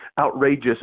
outrageous